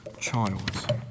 child